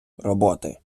роботи